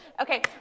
Okay